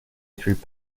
through